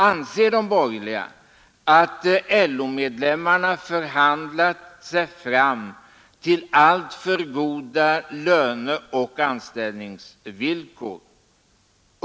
Anser de borgerliga att LO-medlemmarna förhandlat sig fram till alltför goda löneoch anställningsvillkor?